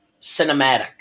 cinematic